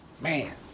Man